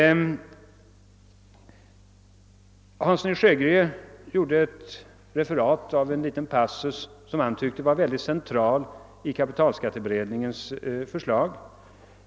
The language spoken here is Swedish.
Herr Hansson i Skegrie refererade en liten passus som han tyckte var mycket central i kapitalskatteberedningens förslag.